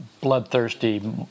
bloodthirsty